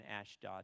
Ashdod